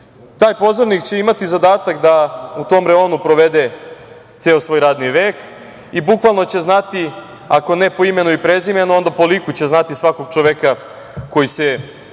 pozornik će imati zadatak da u tom reonu provede ceo svoj radni vek i bukvalno će znati, ako ne po imenu i prezimenu, onda po liku će znati svakog čoveka koji se